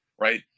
right